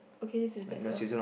okay this is better